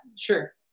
Sure